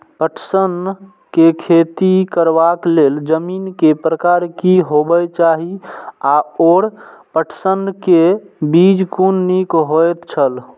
पटसन के खेती करबाक लेल जमीन के प्रकार की होबेय चाही आओर पटसन के बीज कुन निक होऐत छल?